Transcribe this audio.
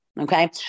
Okay